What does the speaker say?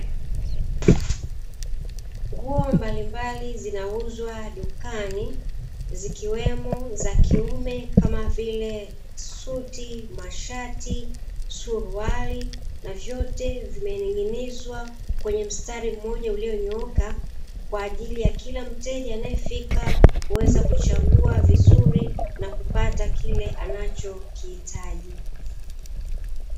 Nguo zinauzwa dukani, zikiwemo za kiume kama vile suti, mashati, suruali, vyote vimening'inizwa kwenye mstari mmoja ulionyooka, kwa ajili ya kila mteja anayefika kuweza kuchagua vizuri, na kupata kile anachokihitaji.